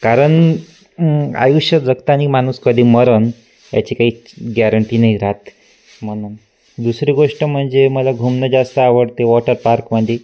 कारण आयुष्य जगताना माणूस कधी मरंन याची काहीच गॅरंटी नाही राहत म्हणून दुसरी गोष्ट म्हणजे मला घुमणं जास्त आवडते वॉटर पार्कमध्ये